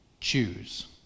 Choose